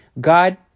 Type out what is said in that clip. God